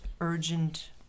urgent